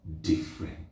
different